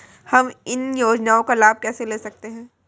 हम इन योजनाओं का लाभ कैसे ले सकते हैं?